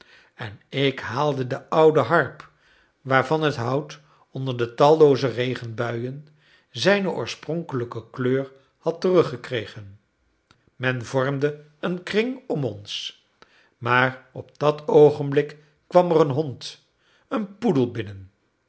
en ik haalde de oude harp waarvan het hout onder de tallooze regenbuien zijne oorspronkelijke kleur had teruggekregen men vormde een kring om ons maar op dat oogenblik kwam er een hond een poedel binnen